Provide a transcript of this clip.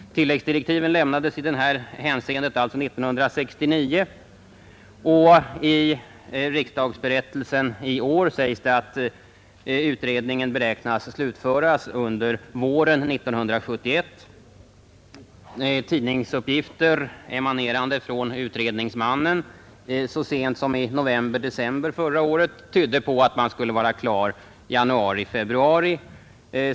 Tilläggsdirektiven i det här hänseendet lämnades 1969, och i riksdagsberättelsen i år sägs det att utredningen beräknas bli slutförd under våren 1971. Tidningsuppgifter, emanerande från utredningsmannen så sent som i november—december förra året, tydde på att man skulle vara klar i januari-februari.